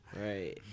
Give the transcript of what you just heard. Right